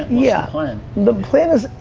yeah plan? the plan is,